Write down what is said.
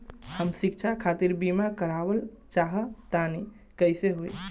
हम शिक्षा खातिर बीमा करावल चाहऽ तनि कइसे होई?